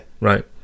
Right